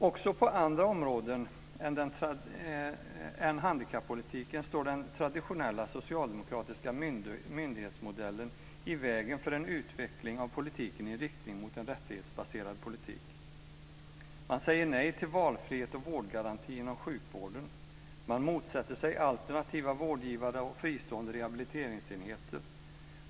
Också på andra områden än handikappolitiken står den traditionella socialdemokratiska myndighetsmodellen i vägen för en utveckling av politiken i riktning mot en rättighetsbaserad politik. Man säger nej till valfrihet och vårdgaranti inom sjukvården. Man motsätter sig alternativa vårdgivare och fristående rehabiliteringsenheter.